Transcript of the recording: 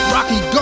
Rocky